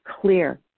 clear